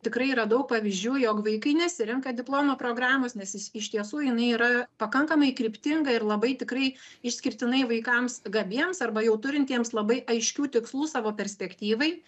tikrai yra daug pavyzdžių jog vaikai nesirenka diplomo programos nes jis iš tiesų jinai yra pakankamai kryptinga ir labai tikrai išskirtinai vaikams gabiems arba jau turintiems labai aiškių tikslų savo perspektyvai